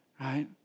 right